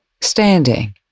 standing